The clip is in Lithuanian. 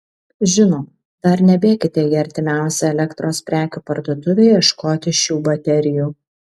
žinoma dar nebėkite į artimiausią elektros prekių parduotuvę ieškoti šių baterijų